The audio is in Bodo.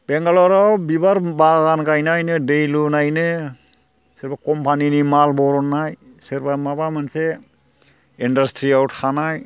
बेंगालराव बिबार बागान गायनायनो दै लुनायनो सोरबा कम्पानिनि माल दिहुननाय सोरबा माबा मोनसे एन्डास्ट्रियाव थानाय